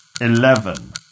eleven